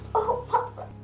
oh papa,